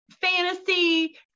fantasy